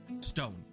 stone